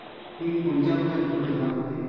पीक कोनच्या पोत्यात भरून ठेवा लागते?